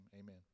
amen